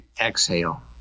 exhale